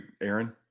Aaron